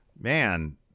man